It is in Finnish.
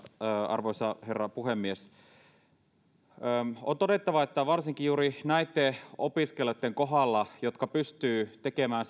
arvoisa herra puhemies on todettava että varsinkin juuri näitten opiskelijoitten kohdalla jotka pystyvät tekemään